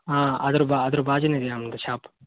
ಹಾಂ ಅದ್ರ ಬಾ ಅದ್ರ ಬಾಜುನೇ ನಮ್ದು ಶಾಪ್